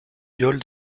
yole